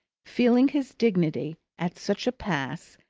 feeling his dignity, at such a pass,